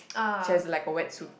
she has like a wet suit